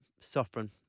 suffering